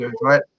right